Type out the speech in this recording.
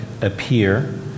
appear